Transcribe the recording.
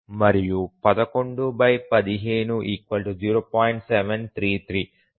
778 మరియు 1115 0